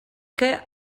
que